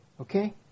okay